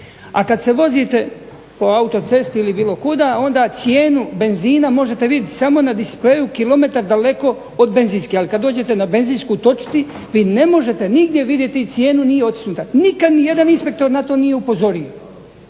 A kad se vozite po autocesti ili bilo kuda, onda cijenu benzina možete vidjeti samo na displeju kilometar daleko od benzinske, ali kad dođete na benzinsku točiti vi ne možete nigdje vidjeti cijenu nije otisnuta. Nikad ni jedan inspektor na to nije upozorio.